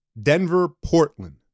Denver-Portland